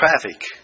traffic